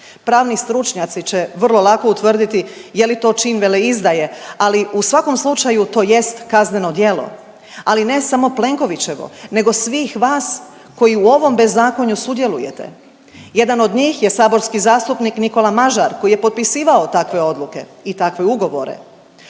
Pravni stručnjaci će vrlo lako utvrditi je li to čin veleizdaje ali u svakom slučaju to jest kazneno djelo, ali ne samo Plenkovićevo nego svih vas koji u ovom bezakonju sudjelujete. Jedan od njih je saborski zastupnik Nikola Mažar koji je potpisivao takve odluke i takve ugovore.